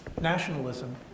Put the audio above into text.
nationalism